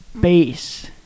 base